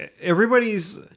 Everybody's